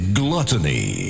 gluttony